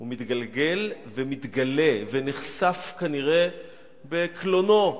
הוא מתגלגל ומתגלה ונחשף, כנראה בקלונו,